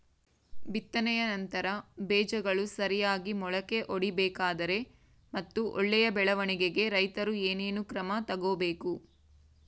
ಬಿತ್ತನೆಯ ನಂತರ ಬೇಜಗಳು ಸರಿಯಾಗಿ ಮೊಳಕೆ ಒಡಿಬೇಕಾದರೆ ಮತ್ತು ಒಳ್ಳೆಯ ಬೆಳವಣಿಗೆಗೆ ರೈತರು ಏನೇನು ಕ್ರಮ ತಗೋಬೇಕು?